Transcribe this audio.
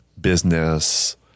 business